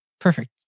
Perfect